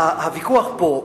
הוויכוח פה,